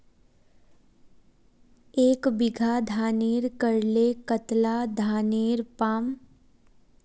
एक बीघा धानेर करले कतला धानेर पाम?